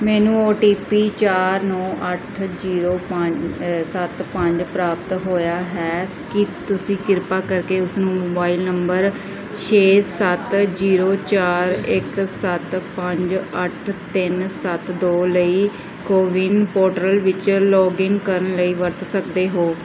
ਮੈਨੂੰ O T P ਚਾਰ ਨੌਂ ਅੱਠ ਜੀਰੋ ਪੰ ਅ ਸੱਤ ਪੰਜ ਪ੍ਰਾਪਤ ਹੋਇਆ ਹੈ ਕੀ ਤੁਸੀਂ ਕਿਰਪਾ ਕਰਕੇ ਉਸ ਨੂੰ ਮੋਬਾਈਲ ਨੰਬਰ ਛੇ ਸੱਤ ਜੀਰੋ ਚਾਰ ਇੱਕ ਸੱਤ ਪੰਜ ਅੱਠ ਤਿੰਨ ਸੱਤ ਦੋ ਲਈ ਕੋਵਿਨ ਪੋਟਰਲ ਵਿੱਚ ਲੌਗਇਨ ਕਰਨ ਲਈ ਵਰਤ ਸਕਦੇ ਹੋ